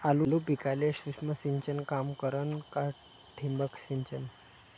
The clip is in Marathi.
आलू पिकाले सूक्ष्म सिंचन काम करन का ठिबक सिंचन?